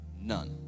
none